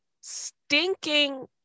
stinking